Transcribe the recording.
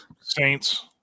Saints